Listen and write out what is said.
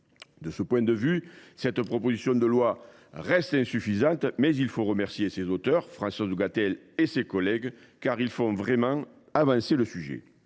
De ce point de vue, cette proposition de loi reste insuffisante. Il faut cependant remercier ses auteurs, Mme Françoise Gatel et ses collègues, qui font véritablement avancer le sujet.